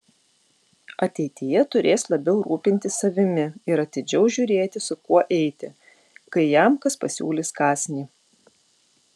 ateityje turės labiau rūpintis savimi ir atidžiau žiūrėti su kuo eiti kai jam kas pasiūlys kąsnį